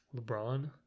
LeBron